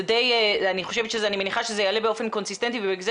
אני מניחה שזה יעלה באופן קונסיסטנטי ובגלל זה